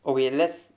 away less